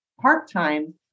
part-time